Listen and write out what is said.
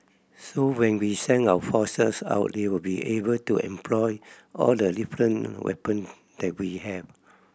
so when we send our forces out they will be able to employ all the different weapon that we have